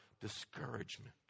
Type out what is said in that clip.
discouragement